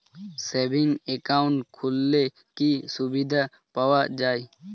Savings account খুললে কি সুবিধা পাওয়া যায়?